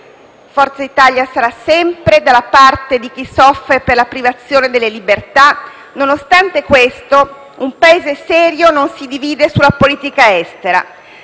Forza Italia sarà sempre dalla parte di chi soffre per la privazione delle libertà. Nonostante questo, un Paese serio non si divide sulla politica estera.